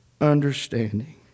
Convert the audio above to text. understanding